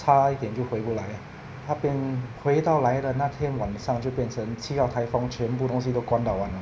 差一点就回不来 liao 那边回到来的那天晚上就变成七号台风全部东西都关到完了